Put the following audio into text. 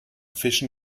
fischen